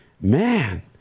man